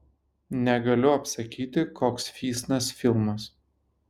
negaliu apsakyti koks fysnas filmas